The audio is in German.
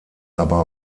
aber